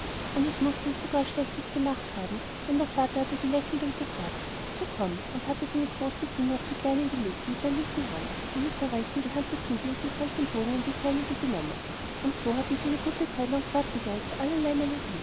und es mußte es so gar schlecht nicht gemacht haben denn der vater hatte gelächelt und gesagt so komm und hatte seine großen finger auf die kleinen gelegt mit der linken hand und mit der rechten die hand des bübleins mitsamt dem bogen in die seinige genommen und so hatten sie eine gute zeitlang fortgegeigt allerlei